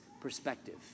perspective